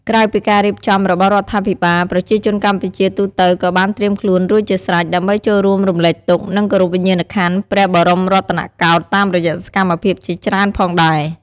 ក្រៅពីការរៀបចំរបស់រដ្ឋាភិបាល ប្រជាជនកម្ពុជាទូទៅក៏បានត្រៀមខ្លួនរួចជាស្រេច ដើម្បីចូលរួមរំលែកទុក្ខ និងគោរពវិញ្ញាណក្ខន្ធព្រះបរមរតនកោដ្ឋតាមរយៈសកម្មភាពជាច្រើនផងដែរ។